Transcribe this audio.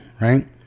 right